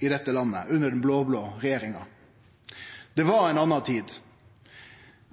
i dette landet under den blå-blå regjeringa. Det var ei anna tid